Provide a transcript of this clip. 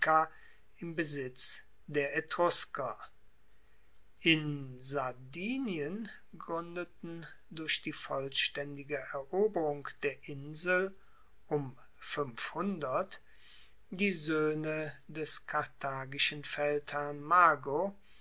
im besitz der etrusker in sardinien gruendeten durch die vollstaendige eroberung der insel um die soehne des karthagischen feldherrn mago